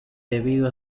debido